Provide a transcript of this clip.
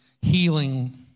healing